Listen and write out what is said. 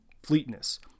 Fleetness